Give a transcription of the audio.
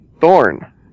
Thorn